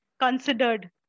considered